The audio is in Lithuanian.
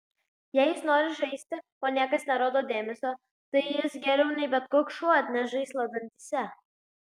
jei jis nori žaisti o niekas nerodo dėmesio tai jis geriau nei bet koks šuo atneš žaislą dantyse